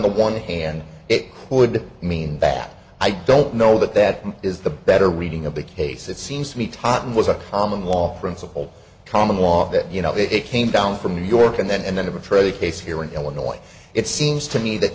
the one hand it would mean that i don't know that that is the better reading of the case it seems to me totten was a common law principle common law that you know it came down from new york and then and then to betray the case here in illinois it seems to me that